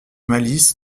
malice